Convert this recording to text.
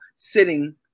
Sitting